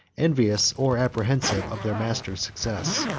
envious, or apprehensive, of their master's success.